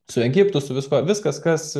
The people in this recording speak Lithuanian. su egiptu su viskuo viskas kas